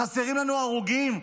חסרים לנו הרוגים?